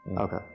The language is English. Okay